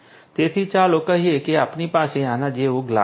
તેથી ચાલો કહીએ કે આપણી પાસે આના જેવું ગ્લાસ છે